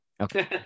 okay